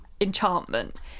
enchantment